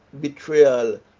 betrayal